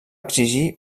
exigir